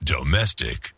Domestic